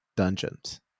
dungeons